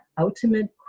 ultimate